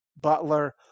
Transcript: Butler